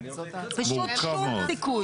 פשוט שום סיכוי.